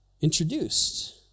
introduced